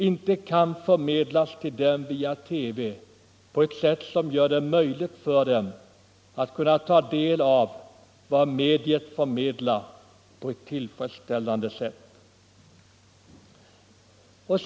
inte kan förmedlas till dem via TV på ett sätt som gör det möjligt för dem att på ett tillfredsställande sätt ta del av vad mediet förmedlar.